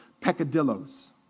peccadillos